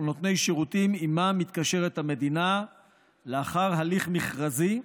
נותני שירותים שעימם מתקשרת המדינה לאחר הליך מכרזי.